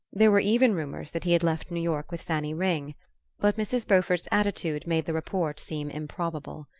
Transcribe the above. there were even rumours that he had left new york with fanny ring but mrs. beaufort's attitude made the report seem improbable.